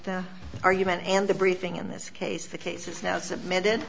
the argument and the briefing in this case the case is now submitted